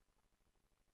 3)